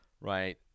right